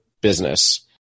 business